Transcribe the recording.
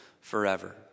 forever